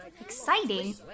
Exciting